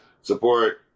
support